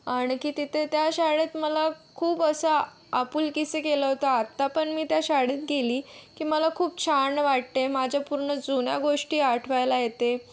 आणखी तिथे त्या शाळेत मला खूप असं आपुलकीचं केलं होतं आत्ता पण मी त्या शाळेत गेली की मला खूप छान वाटते माझ्या पूर्ण जुन्या गोष्टी आठवायला येते